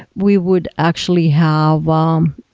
we would actually have um